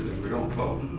we don't vote.